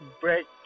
Break